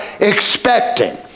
expecting